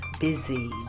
busy